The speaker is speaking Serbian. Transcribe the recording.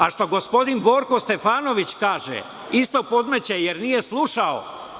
A što gospodin Borko Stefanović kaže, isto podmeće, jer nije slušao.